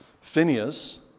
Phineas